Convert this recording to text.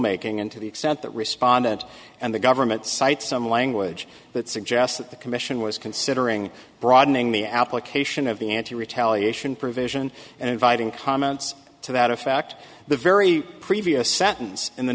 making and to the extent that respondent and the government cite some language that suggests that the commission was considering broadening the application of the anti retaliation provision and inviting comments to that effect the very previous sentence in the